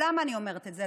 למה אני אומרת את זה?